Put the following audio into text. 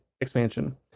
expansion